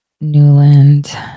Newland